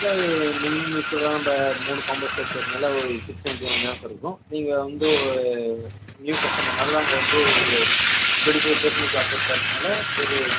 இல்லை அது மினிமம் யூஸ்வலாக நம்ம மூணு காம்போ சேர்த்து நல்லா ஒரு சிக்ஸ் நையன்ட்டி நயன் தான் சார் இருக்கும் நீங்கள் வந்து ஒரு நியூ கஸ்டமர்னால் நாங்கள் வந்து ஒரு டுவென்ட்டி ஃபைவ் பர்சண்டேஜ் ஆஃபர் தறதுனால் ஒரு